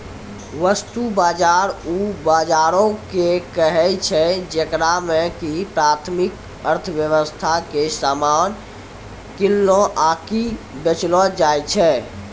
वस्तु बजार उ बजारो के कहै छै जेकरा मे कि प्राथमिक अर्थव्यबस्था के समान किनलो आकि बेचलो जाय छै